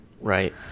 Right